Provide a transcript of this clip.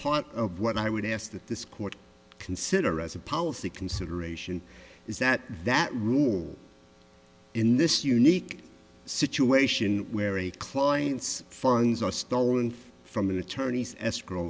part of what i would ask that this court consider as a policy consideration is that that rule in this unique situation where a client's funds are stolen from an attorney's escrow